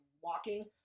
walking